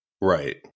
right